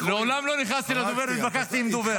כי -- מעולם לא נכנסתי לדובר והתווכחתי עם דובר.